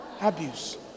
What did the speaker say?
abuse